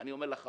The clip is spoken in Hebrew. ואני אומר לך,